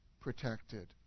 protected